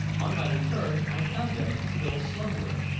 on my return i found them still slumbering,